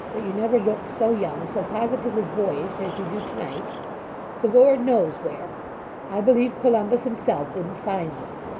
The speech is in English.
that you never looked so young so positively boyish as you do to-night the lord knows where i believe columbus himself wouldn't find them.